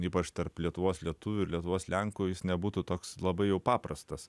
ypač tarp lietuvos lietuvių ir lietuvos lenkų jis nebūtų toks labai jau paprastas